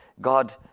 God